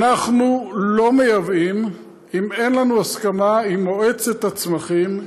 אנחנו לא מייבאים אם אין לנו הסכמה עם מועצת הצמחים,